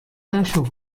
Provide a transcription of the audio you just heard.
نشو